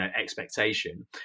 expectation